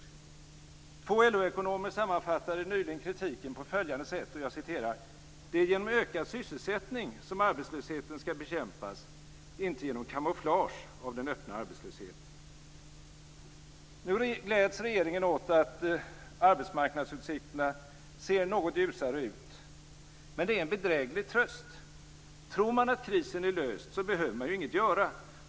Två LO-ekonomer sammanfattade nyligen kritiken på följande sätt: "Det är genom ökad sysselsättning som arbetslösheten skall bekämpas - inte genom kamouflage av den öppna arbetslösheten." Nu gläds regeringen åt att arbetsmarknadsutsikterna ser något ljusare ut. Men det är en bedräglig tröst. Tror man att krisen är löst behöver man ju inget göra.